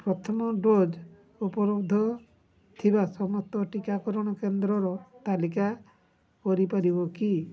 ପ୍ରଥମ ଡୋଜ୍ ଉପଲବ୍ଧ ଥିବା ସମସ୍ତ ଟିକାକରଣ କେନ୍ଦ୍ରର ତାଲିକା କରିପାରିବ କି